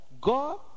God